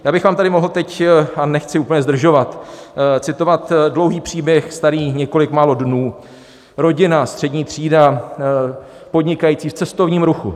Já bych vám tady mohl teď, a nechci úplně zdržovat, citovat dlouhý příběh starý několik málo dnů: Rodina, střední třída podnikající v cestovním ruchu.